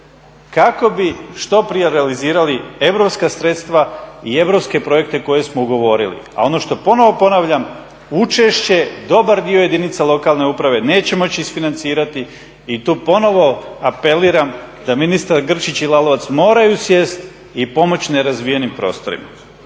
kako bi što prije realizirali europska sredstva i europske projekte koje smo ugovorili. A ono što ponovo ponavljam, učešće dobar dio jedinice lokalne samouprave neće moći isfinancirati i tu ponovo apeliram da ministar Grčić i Lalovac moraju sjesti i pomoći nerazvijenim prostorima.